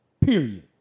period